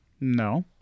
no